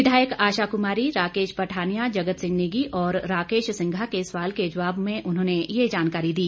विधायक आशा कुमारी राकेश पठानिया जगत सिंह नेगी और राकेश सिंघा के सवाल के जवाब में उन्होंने ये जानकारी दी